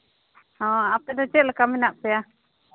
ᱦᱮᱸ ᱟᱯᱮ ᱫᱚ ᱪᱮᱫ ᱞᱮᱠᱟ ᱢᱮᱱᱟᱜ ᱯᱮᱭᱟ